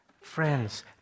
friends